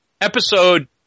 episode